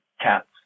cats